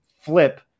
flip